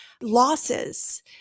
losses